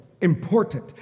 important